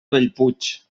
bellpuig